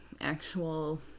actual